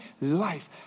life